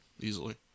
Easily